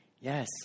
Yes